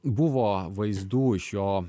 buvo vaizdų iš jo